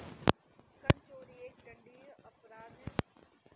कर चोरी एक दंडनीय अपराध है